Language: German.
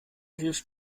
hilft